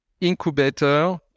incubator